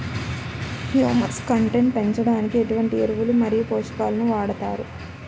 Humus content పెంచడానికి ఎటువంటి ఎరువులు మరియు పోషకాలను వాడతారు?